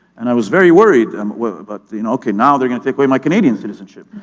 and i was very worried um worried about the, and okay, now they're gonna take away my canadian citizenship.